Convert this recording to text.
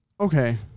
Okay